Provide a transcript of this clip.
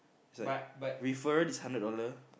is like referral is hundred dollar